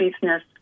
business